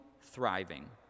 thriving